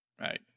right